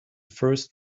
first